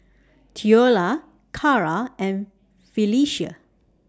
Theola Carra and Phylicia